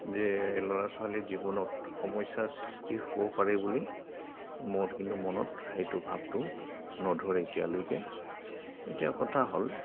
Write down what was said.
যে ল'ৰা ছোৱালীৰ জীৱনত সমস্যাৰ সৃষ্টি হ'ব পাৰে বুলি মোৰ কিন্তু মনত সেইটো ভাৱটো নধৰে এতিয়ালৈকে এতিয়া কথা হ'ল